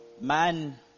man